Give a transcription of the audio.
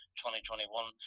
2021